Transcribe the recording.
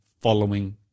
following